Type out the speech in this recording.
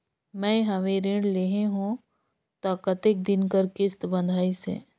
मैं हवे ऋण लेहे हों त कतेक दिन कर किस्त बंधाइस हे?